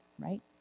right